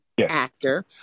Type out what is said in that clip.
actor